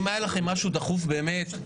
אם היה לכם משהו דחוף באמת,